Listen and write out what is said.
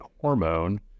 hormone